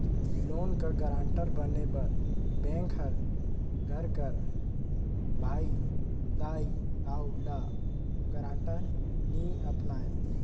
loan कर guarantor बने बर बेंक हर घर कर भाई, दाई, दाऊ, ल गारंटर नी अपनाए